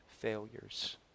failures